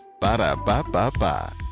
Ba-da-ba-ba-ba